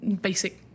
basic